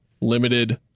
limited